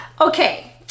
Okay